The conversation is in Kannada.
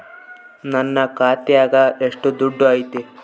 ನನ್ನ ಖಾತ್ಯಾಗ ಎಷ್ಟು ದುಡ್ಡು ಐತಿ?